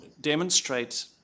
demonstrate